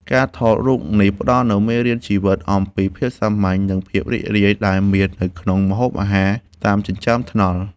ការថតរូបនេះផ្ដល់នូវមេរៀនជីវិតអំពីភាពសាមញ្ញ និងភាពរីករាយដែលមាននៅក្នុងម្ហូបអាហារតាមចិញ្ចើមថ្នល់។